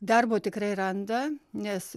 darbo tikrai randa nes